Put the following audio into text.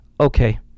okay